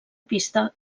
pista